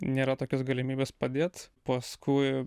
nėra tokios galimybės padėt paskui